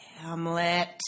Hamlet